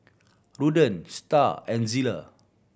Ruthann Starr and Zella